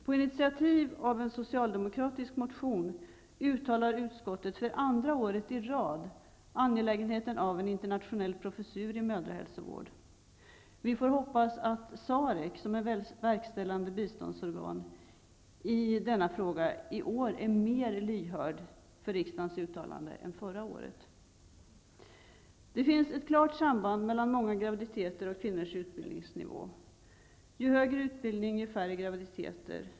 På initiativ av en socialdemokratisk motion uttalar utskottet för andra året i rad angelägenheten av en internationell professur i mödrahälsovård. Vi får hoppas att SAREC, som är verkställande biståndsorgan, i denna fråga i år är mer lyhörd för riksdagens uttalande än vad man var förra året. Det finns ett klart samband mellan många graviditeter och kvinnors utbildningsnivå. Ju högre utbildning, desto färre graviditeter.